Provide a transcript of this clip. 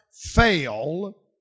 fail